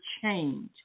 change